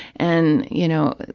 and, you know,